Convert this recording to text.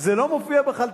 זה לא מופיע בכלל כטקסט,